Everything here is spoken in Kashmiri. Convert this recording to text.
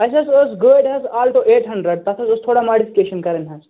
اَسہِ حظ أسۍ گٲڑۍ حظ آلٹو ایٹ ہنٛڈرنٛڈ تَتھ حظ ٲس تھوڑا ماڈفِکیشن کَرٕنۍ حظ